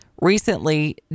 recently